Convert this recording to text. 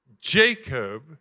Jacob